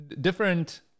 different